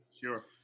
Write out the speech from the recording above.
Sure